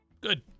Good